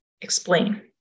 explain